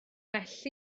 well